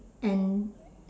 and